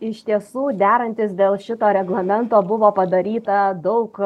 iš tiesų derantis dėl šito reglamento buvo padaryta daug